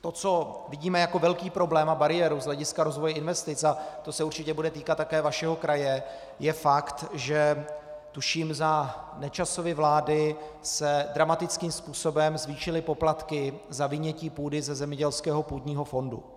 To, co vidíme jako velký problém a bariéru z hlediska rozvoje investic, a to se určitě bude týkat také vašeho kraje, je fakt, že tuším za Nečasovy vlády se dramatickým způsobem zvýšily poplatky za vynětí půdy ze zemědělského půdního fondu.